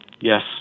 Yes